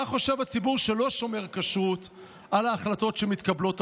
מה חושב הציבור שלא שומר כשרות על ההחלטות שמתקבלות עבורו?